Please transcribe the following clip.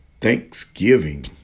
Thanksgiving